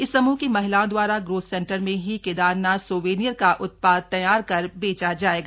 इस समूह की महिलाओं दवारा ग्रोथ सेंटर में ही केदारनाथ सोवेनियर का उत्पाद तैयार कर बेचा जाएगा